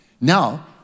Now